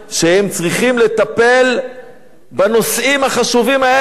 שהם צריכים לטפל בנושאים החשובים האלה: